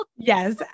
Yes